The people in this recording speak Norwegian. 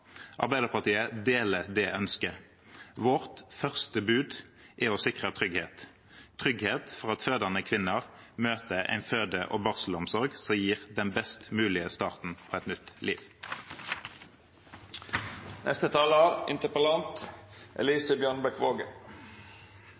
Arbeiderpartiet deler det ønsket. Vårt første bud er å sikre trygghet – trygghet for at fødende kvinner møter en føde- og barselomsorg som gir den best mulige starten på et nytt